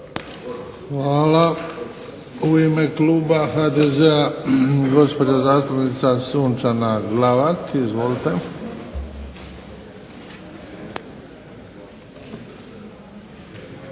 Hvala. U ime kluba HDZ-a gospođa zastupnica Sunčana Glavak. Izvolite.